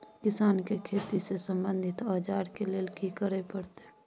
किसान के खेती से संबंधित औजार के लेल की करय परत?